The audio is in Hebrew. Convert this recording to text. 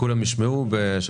באמת תודה.